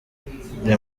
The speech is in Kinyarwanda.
nkiri